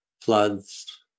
floods